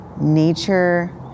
nature